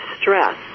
stress